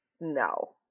no